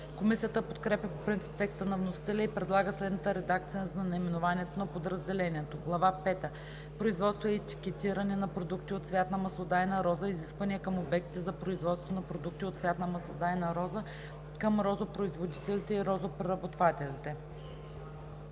Комисията подкрепя по принцип текста на вносителя и предлага следната редакция за наименованието на подразделението: „Глава пета – Производство и етикетиране на продукти от цвят на маслодайна роза. Изисквания към обектите за производство на продукти от цвят на маслодайна роза, към розопроизводителите и розопреработвателите.